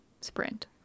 sprint